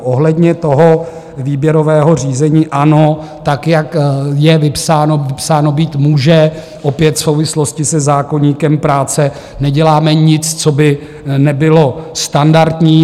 Ohledně výběrového řízení ano, tak jak je vypsáno, vypsáno být může, opět v souvislosti se zákoníkem práce, neděláme nic, co by nebylo standardní.